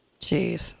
Jeez